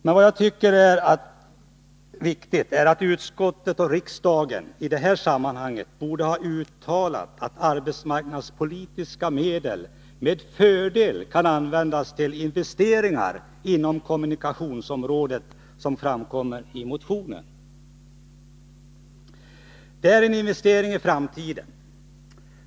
Men vad jag tycker att utskottet och riksdagen i dessa sammanhang borde ha uttalat är att arbetsmarknadspolitiska medel med fördel kan användas till investeringar inom kommunikationsområdet, som framkommer i motionen. Det är en investering i framtiden.